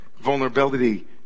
vulnerability